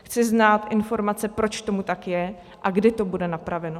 Chci znát informace, proč tomu tak je a kdy to bude napraveno.